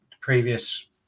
previous